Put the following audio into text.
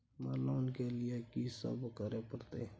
हमरा लोन के लिए की सब करे परतै?